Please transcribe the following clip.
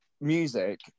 music